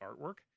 artwork